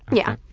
yeah.